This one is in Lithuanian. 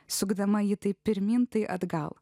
sukdama jį tai pirmyn tai atgal